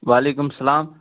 وعیکُم اسلام